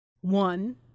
One